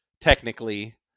technically